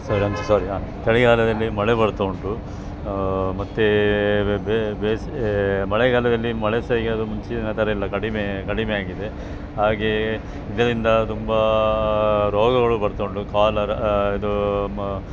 sorry I am so sorry ಚಳಿಗಾಲದಲ್ಲಿ ಮಳೆ ಬರುತ್ತಾ ಉಂಟು ಮತ್ತೆ ಬೇಸಿ ಮಳೆಗಾಲದಲ್ಲಿ ಮಳೆ ಸಹ ಈಗ ಮುಂಚಿನ ಥರ ಇಲ್ಲ ಕಡಿಮೆ ಕಡಿಮೆಯಾಗಿದೆ ಹಾಗೆಯೇ ಇದರಿಂದ ತುಂಬ ರೋಗಗಳು ಬರ್ತಾ ಉಂಟು ಕಾಲರ ಇದು